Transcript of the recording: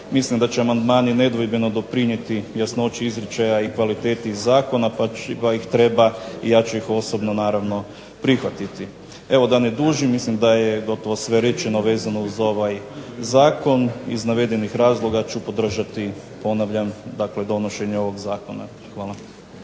Mislim da će amandmani nedvojbeno doprinijeti jasnoći izričaja i kvaliteti zakona, pa ih treba i ja ću ih osobno naravno prihvatiti. Evo da ne dužim, mislim da je gotovo sve rečeno vezano uz ovaj zakon. Iz navedenih razloga ću podržati, ponavljam, dakle donošenje ovog zakona. Hvala.